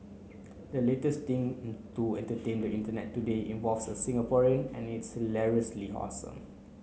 the latest thing to entertain the Internet today involves a Singaporean and it's hilariously awesome